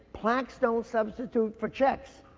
plaques don't substitute for checks.